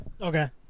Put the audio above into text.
Okay